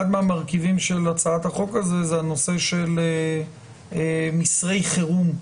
אחד המרכיבים של הצעת החוק הזאת זה הנושא של מסרי חירום,